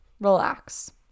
relax